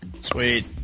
Sweet